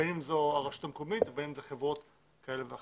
בין אם זו הרשות המקומית ובין אם מדובר בחברות כאלו ואחרות.